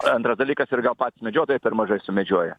antras dalykas ir gal patys medžiotojai per mažai sumedžioja